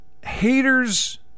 haters